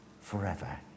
forever